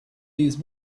these